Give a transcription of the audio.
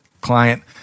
client